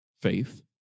faith